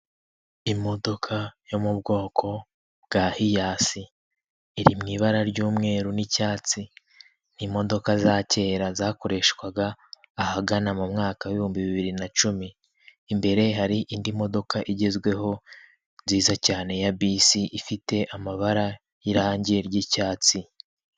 Imodoka yo mu bwoko bwa hiyasi iri mu ibara ry'umweru nicyatsi, ni imodoka za kera zakoreshwaga ahagana mu mwaka ibihumbi bibiri na cumi. Imbere hari indi modoka igezweho, nziza cyane ya bisi ifite amabara y'irangi ry'icyatsi.